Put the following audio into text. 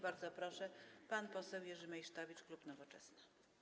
Bardzo proszę, pan poseł Jerzy Meysztowicz, klub Nowoczesna.